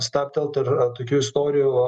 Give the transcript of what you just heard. stabtelt ir tokių istorijų